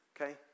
Okay